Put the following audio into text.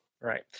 Right